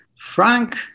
frank